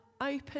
open